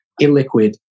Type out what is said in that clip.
illiquid